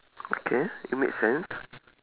okay it make sense